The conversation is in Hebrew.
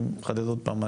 אני מחדד עוד פעם,